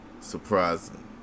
surprising